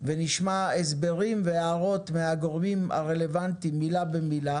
ונשמע הסברים והערות מהגורמים הרלוונטיים מילה במילה